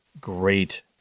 great